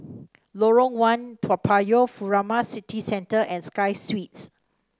Lorong One Toa Payoh Furama City Centre and Sky Suites